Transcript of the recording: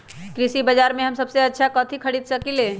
कृषि बाजर में हम सबसे अच्छा कथि खरीद सकींले?